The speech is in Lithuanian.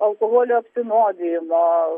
alkoholio apsinuodijimo